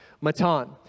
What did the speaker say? Matan